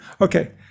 Okay